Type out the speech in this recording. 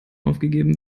aufgegeben